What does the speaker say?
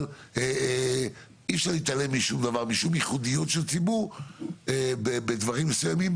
אי אפשר להתעלם משום ייחודיות של ציבור בדברים מסוימים,